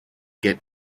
get